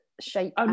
shape